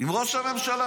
עם ראש הממשלה.